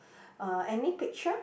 uh any picture